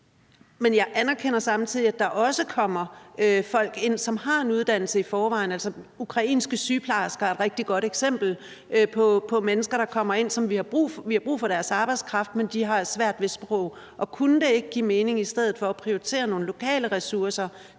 Men jeg anerkender samtidig, at der også kommer folk ind, som har en uddannelse i forvejen. Ukrainske sygeplejersker er et rigtig godt eksempel på mennesker, der kommer ind, hvor vi har brug for deres arbejdskraft, men som har svært ved sproget. Kunne det ikke give mening at prioritere nogle lokale ressourcer